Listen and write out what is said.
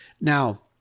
Now